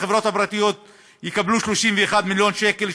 החברות הפרטיות יקבלו 31 מיליון שקל,